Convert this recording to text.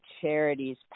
charities